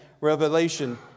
Revelation